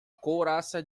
couraça